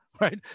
right